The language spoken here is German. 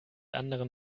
anderen